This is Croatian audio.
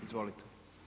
Izvolite.